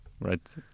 right